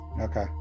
okay